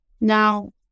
Now